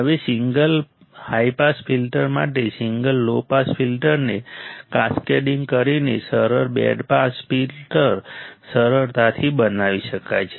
હવે single high pass filter સાથે single low pass ફિલ્ટરને કાસ્કેડિંગ કરીને સરળ બેન્ડ પાસ ફિલ્ટર સરળતાથી બનાવી શકાય છે